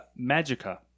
magica